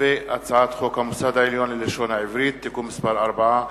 הצעת חוק המוסד העליון ללשון העברית (תיקון מס' 4),